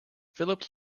philip